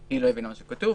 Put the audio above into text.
היא לא הבינה מה שכתוב